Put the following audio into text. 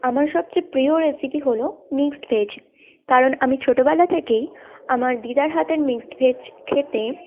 আমার সবচেয়ে প্রিয় রেসিপি হল মিক্সড ভেজ কারণ আমি ছোটোবেলা থেকেই আমার দিদার হাতের মিক্সড ভেজ খেতে